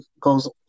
goes